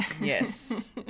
Yes